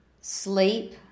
sleep